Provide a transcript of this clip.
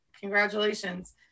Congratulations